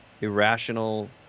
irrational